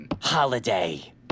Holiday